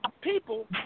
people